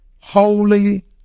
holy